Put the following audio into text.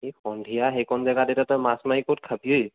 সেই সন্ধিয়া সেইকণ জেগাত এতিয়া তই মাছ মাৰি ক'ত খাবি অ'ই